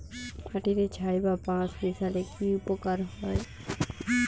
মাটিতে ছাই বা পাঁশ মিশালে কি উপকার হয়?